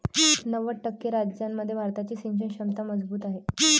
नव्वद टक्के राज्यांमध्ये भारताची सिंचन क्षमता मजबूत आहे